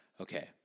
Okay